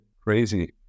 crazy